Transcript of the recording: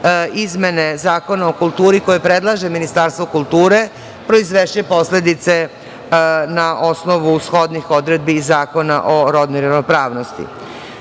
izmene Zakona o kulturi koje predlaže Ministarstvo kulture, proizvešće posledice na osnovu shodnih odredbi Zakona o rodnoj ravnopravnosti. Usvajanjem